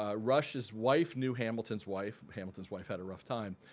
ah rush's wife knew hamilton's wife. hamilton's wife had a rough time.